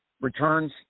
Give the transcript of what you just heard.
returns